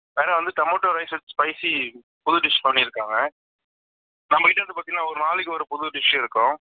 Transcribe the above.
கடை வந்து tomato rice with spicy full dish பண்ணியிருக்காங்க நம்மகிட்ட வந்து பார்த்திங்கன்னா ஒரு நாளைக்கு ஒரு புது டிஷ்ஷு இருக்கும்